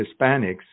Hispanics